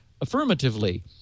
affirmatively